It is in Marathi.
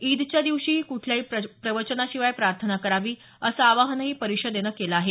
ईदच्या दिवशीही कुठल्याही प्रवचनाशिवाय प्रार्थना करावी असं आवाहनही परिषदेनं केलं आहे